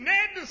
Ned